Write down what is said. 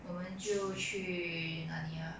我们就去哪里 ah